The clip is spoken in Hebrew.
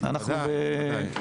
אנחנו בבעיה.